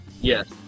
Yes